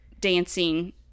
dancing